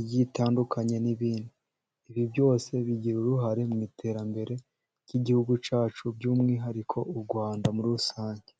igiye itandukanye, n'ibindi. Ibi byose bigira uruhare mu iterambere ry'igihugu cyacu, by'umwihariko u Rwanda muri rusange.